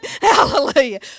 Hallelujah